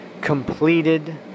Completed